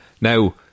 Now